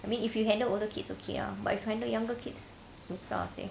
I mean if you handle older kids okay ah but if you handle younger kids susah seh